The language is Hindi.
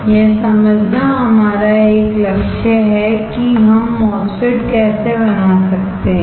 यह समझना हमारा एक लक्ष्य है कि हम MOSFET कैसे बना सकते हैं